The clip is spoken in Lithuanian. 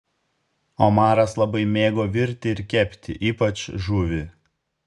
omaras labai mėgo virti ir kepti ypač žuvį